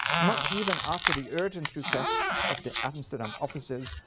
not even after the urgent requests of the amsterdam officers,